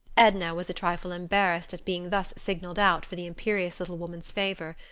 edna was a trifle embarrassed at being thus signaled out for the imperious little woman's favor.